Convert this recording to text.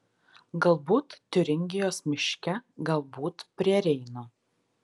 galbūt tiuringijos miške galbūt prie reino